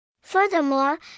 Furthermore